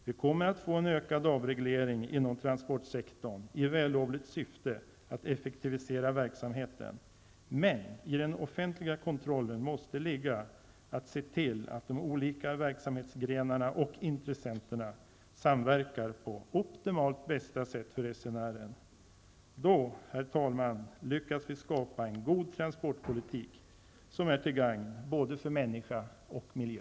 Vi kommer att få en ökad avreglering inom transportsektorn, i vällovligt syfte att effektivisera verksamheten. Men i den offentliga kontrollen måste det ligga att man ser till att de olika verksamhetsgrenarna och intressenterna samverkar på optimalt bästa sätt för resenären. Herr talman! Då kan vi lyckas skapa en god transportpolitik som är till gagn både för människa och miljö.